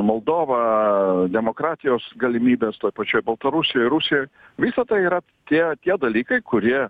moldova demokratijos galimybes toj pačioj baltarusijoj rusijoj visa tai yra tie tie dalykai kurie